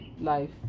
life